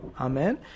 Amen